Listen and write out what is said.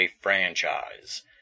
franchise